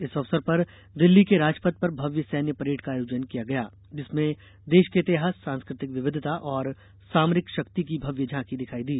इस अवसर पर दिल्ली के राजपथ पर भव्य सैन्य परेड का आयोजन किया गया जिसमें देश के इतिहास सांस्कृतिक विविधता और सामरिक शक्ति की भव्य झांकी दिखाई दी